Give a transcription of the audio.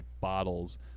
bottles